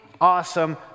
awesome